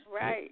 Right